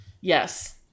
Yes